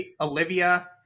Olivia